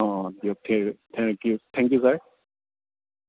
অঁ দিয়ক thank you thank you sir